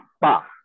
pa